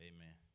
Amen